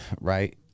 right